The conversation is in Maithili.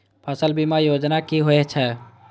फसल बीमा योजना कि होए छै?